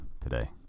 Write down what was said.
today